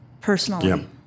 personally